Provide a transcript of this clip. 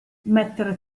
mettere